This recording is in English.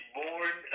born